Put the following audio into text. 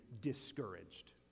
discouraged